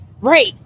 Right